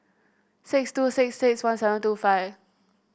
six two six six one seven two five